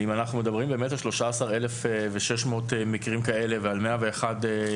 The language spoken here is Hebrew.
אם אנחנו מדברים על 13,600 מקרים כאלה ועל 101 נאשמים